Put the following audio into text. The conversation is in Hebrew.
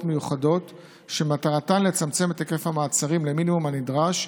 מיוחדות שמטרתן לצמצם את היקף המעצרים למינימום הנדרש.